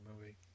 movie